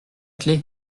clef